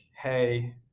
Hey